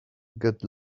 good